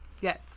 Yes